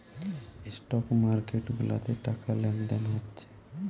stock market গুলাতে টাকা লেনদেন হচ্ছে